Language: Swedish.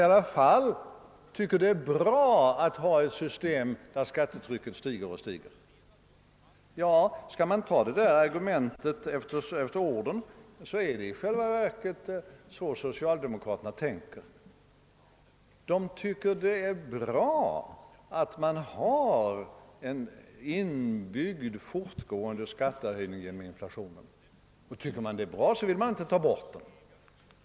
Skall vi ta socialdemo kraterna på orden, så är det i själva verket så de tänker; de tycker det är bra att ha en inbyggd fortgående skattehöjning genom inflationen. Och tycker man den effekten är bra så vill man inte ta bort den.